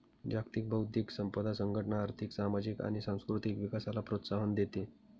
जागतिक बौद्धिक संपदा संघटना आर्थिक, सामाजिक आणि सांस्कृतिक विकासाला प्रोत्साहन देते